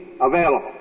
available